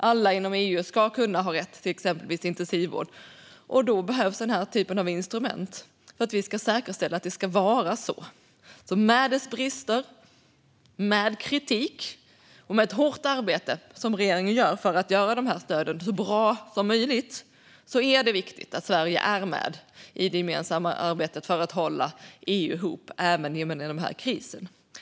Alla inom EU ska till exempel ha rätt till intensivvård. Då behövs den här typen av instrument för att säkerställa att det är så. Trots att det finns brister och kritik - regeringen arbetar hårt för att göra de här stöden så bra som möjligt - är det viktigt att Sverige är med i det gemensamma arbetet för att hålla ihop EU även genom den här krisen.